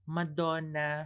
Madonna